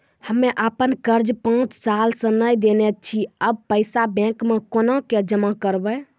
हम्मे आपन कर्जा पांच साल से न देने छी अब पैसा बैंक मे कोना के जमा करबै?